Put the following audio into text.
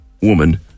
woman